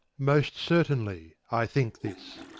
most certainly i think this.